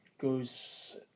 goes